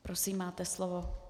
Prosím, máte slovo.